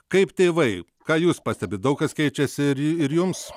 kaip tėvai ką jūs pastebit daug kas keičiasi ir ir jums